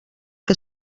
que